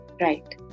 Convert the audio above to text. Right